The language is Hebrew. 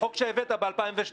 החוק שהבאת ב-2002.